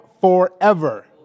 forever